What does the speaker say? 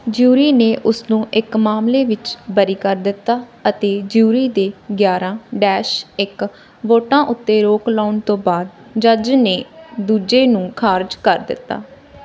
jury ਨੇ ਉਸ ਨੂੰ ਇੱਕ ਮਾਮਲੇ ਵਿੱਚ ਬਰੀ ਕਰ ਦਿੱਤਾ ਅਤੇ ਜਿਊਰੀ ਦੇ ਗਿਆਰ੍ਹਾਂ ਡੈਸ਼ ਇੱਕ ਵੋਟਾਂ ਉੱਤੇ ਰੋਕ ਲਾਉਣ ਤੋਂ ਬਾਅਦ ਜੱਜ ਨੇ ਦੂਜੇ ਨੂੰ ਖਾਰਜ ਕਰ ਦਿੱਤਾ